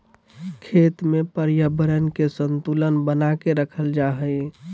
खेत में पर्यावरण के संतुलन बना के रखल जा हइ